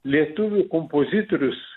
lietuvių kompozitorius